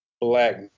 black